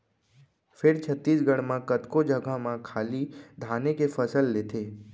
फेर छत्तीसगढ़ म कतको जघा म खाली धाने के फसल लेथें